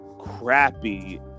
crappy